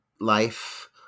life